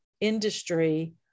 industry